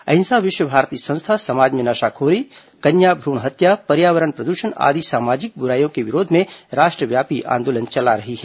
अहिंसा विश्व भारती संस्था समाज में नशाखोरी कन्या भ्रण हत्या पर्यावरण प्रदूषण आदि सामाजिक बुराईयों के विरोध में राष्ट्रव्यापी आंदोलन चला रही है